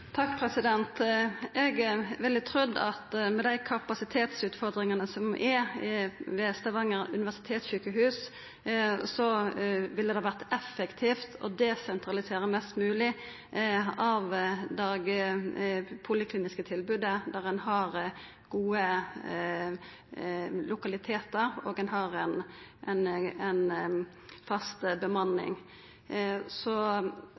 Eg ville ha trudd at med dei kapasitetsutfordringane som er ved Stavanger universitetssjukehus, så ville det vore effektivt å desentralisera mest mogleg av det dagpolikliniske tilbodet dit ein har gode lokalitetar og